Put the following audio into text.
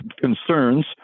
concerns